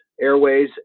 airways